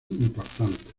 importantes